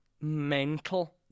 mental